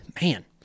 man